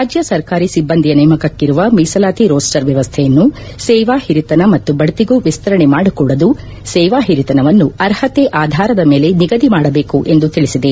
ರಾಜ್ಯ ಸರ್ಕಾರಿ ಸಿಬ್ಲಂದಿಯ ನೇಮಕಕ್ಕೆ ಇರುವ ಮೀಸಲಾತಿ ರೋಸ್ಸರ್ ವ್ಯವಸ್ಥೆಯನ್ನು ಸೇವಾ ಹಿರಿತನ ಮತ್ತು ಬಡ್ತಿಗೂ ವಿಸ್ತರಣೆ ಮಾಡಕೂಡದು ಸೇವಾ ಹಿರಿತನವನ್ನು ಅರ್ಹತೆ ಆಧಾರದ ಮೇಲೆ ನಿಗದಿ ಮಾಡಬೇಕು ಎಂದು ತಿಳಿಸಿದೆ